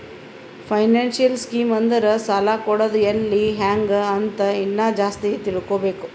financial scheme ಅಂದುರ್ ಸಾಲ ಕೊಡದ್ ಎಲ್ಲಿ ಹ್ಯಾಂಗ್ ಅಂತ ಇನ್ನಾ ಜಾಸ್ತಿ ತಿಳ್ಕೋಬೇಕು